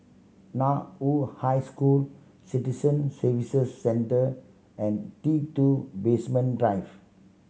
Nan woo High School Citizen Services Centre and T Two Basement Drive